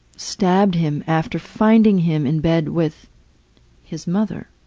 stabbed him after finding him in bed with his mother.